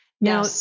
Now